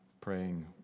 praying